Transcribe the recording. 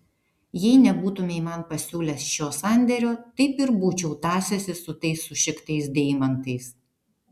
jei nebūtumei man pasiūlęs šio sandėrio taip ir būčiau tąsęsis su tais sušiktais deimantais